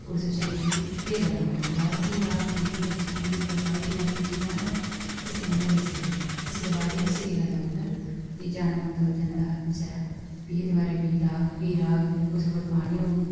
ते उस बचैरे गी केह् करना पौंदा दबारा फ्ही लाह्ग क्योंकि किसान दी बरपाई नैचुरल चीजां हैन तां किसे कन्नै करी सकदे उसी दबारा केह् करना पौंदा कि जाने पौंदा ओह् जंदा बचैरा फ्ही दबारा बीऽ लाह्ग फ्ही राह्ग जां कुसै कोल पानी होग